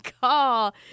call